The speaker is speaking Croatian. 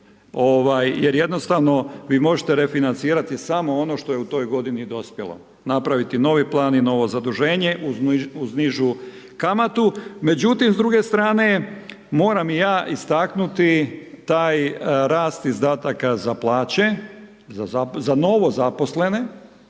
jer jednostavno, vi možete refinancirati samo ono što je u toj godini dospjelo, napraviti novi plan i novo zaduženje uz nižu kamatu. Međutim, s druge strane moram ja istaknuti taj rast izdataka za plaće, za novozaposlene,